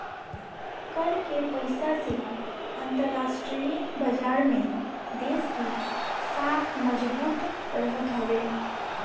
कर के पईसा से अंतरराष्ट्रीय बाजार में देस के साख मजबूत रहत हवे